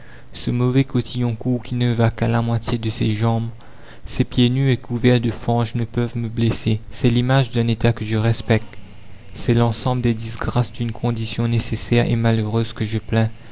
ce mauvais cotillon court qui ne va qu'à la moitié de ses jambes ces pieds nus et couverts de fange ne peuvent me blesser c'est l'image d'un état que je respecte c'est l'ensemble des disgrâces d'une condition nécessaire et malheureuse que je plains